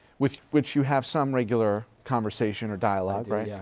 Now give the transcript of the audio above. with which you have some regular conversation or dialogue, right? yeah